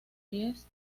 pies